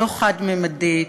לא חד-ממדית,